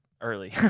Early